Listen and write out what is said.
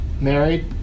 married